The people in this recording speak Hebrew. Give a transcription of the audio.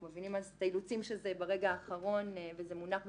אנחנו מבינים את האילוצים שזה ברגע האחרון וזה מונח לפניכם.